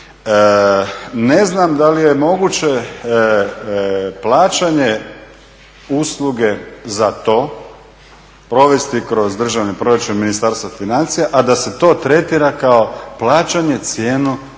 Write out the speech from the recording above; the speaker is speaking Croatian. Ne znam da li je moguće plaćanje usluge za to provesti kroz državni proračun Ministarstva financija, a da se to tretira kao plaćanje cijene